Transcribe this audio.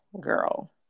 Girl